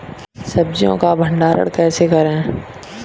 सब्जियों का भंडारण कैसे करें?